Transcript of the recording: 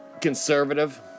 conservative